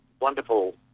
wonderful